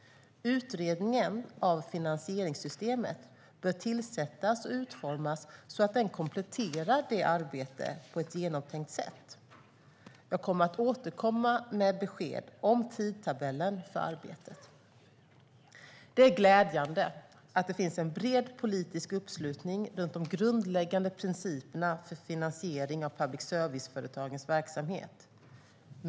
Utredningen av finansieringssystemet bör tillsättas och utformas så att den kompletterar det arbetet på ett genomtänkt sätt. Jag kommer att återkomma med besked om tidtabellen för arbetet. Det är glädjande att det finns en bred politisk uppslutning runt de grundläggande principerna för finansiering av public service-företagens verksamhet.